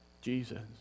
Jesus